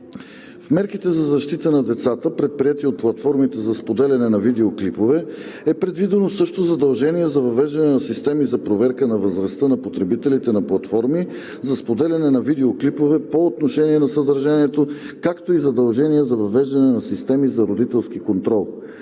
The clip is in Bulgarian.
В мерките за защита на децата, предприети от платформите за споделяне на видеоклипове, е предвидено също задължение за въвеждане на системи за проверка на възрастта на потребителите на платформи за споделяне на видеоклипове по отношение на съдържанието, както и задължение за въвеждане на системи за родителски контрол.